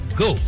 go